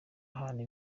hantu